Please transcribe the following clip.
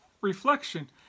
reflection